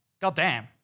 goddamn